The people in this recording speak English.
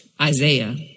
Isaiah